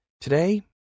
Today